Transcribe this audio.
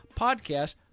podcast